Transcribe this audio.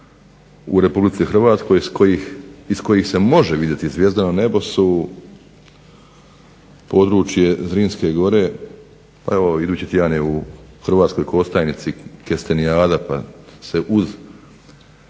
u Republici Hrvatskoj iz kojih se može vidjeti zvjezdano nebo su područje Zrinske gore. Evo idući tjedan je u Hrvatskoj Kostajnici kestenijada pa se uz